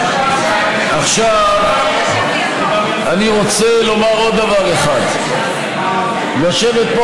עכשיו אני רוצה לומר עוד דבר אחד: יושבת פה